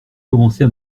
commencer